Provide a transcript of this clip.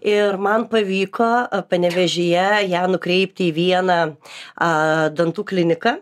ir man pavyko a panevėžyje ją nukreipti į vieną a dantų kliniką